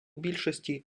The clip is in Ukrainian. більшості